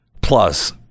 Plus